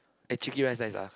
eh chicky rice nice ah